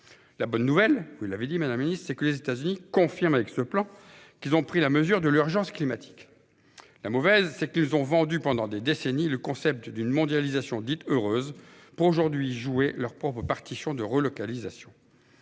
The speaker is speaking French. La bonne nouvelle, vous l'indiquez, madame la secrétaire d'État, c'est que les États-Unis confirment avec ce plan qu'ils ont pris la mesure de l'urgence climatique. La mauvaise, c'est qu'ils nous ont vendu pendant des décennies le concept d'une « mondialisation heureuse », pour aujourd'hui jouer leur propre partition de relocalisation.